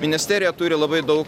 ministerija turi labai daug